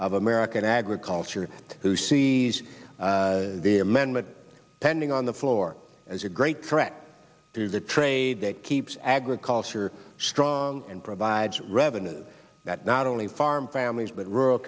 of american agriculture who sees the amendment pending on the floor as a great threat is the trade that keeps agriculture strong and provides revenue that not only farm families but rural